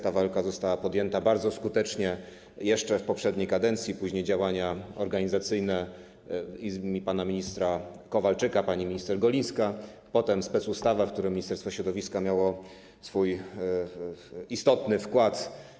Ta walka została podjęta bardzo skutecznie jeszcze w poprzedniej kadencji, później były działania organizacyjne m.in. pana ministra Kowalczyka, pani minister Golińskiej, potem specustawa, w przypadku której Ministerstwo Środowiska miało swój istotny wkład.